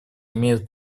имеет